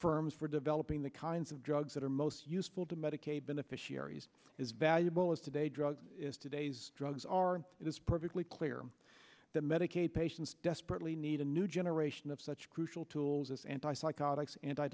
firms for developing the kinds of drugs that are most useful to medicaid beneficiaries as valuable as today drug is today's drugs are it's perfectly clear that medicaid patients desperately need a new generation of such crucial tools anti psychotics anti